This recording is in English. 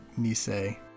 Nisei